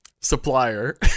supplier